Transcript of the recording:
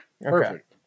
Perfect